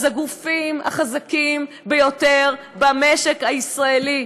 הגופים החזקים ביותר במשק הישראלי,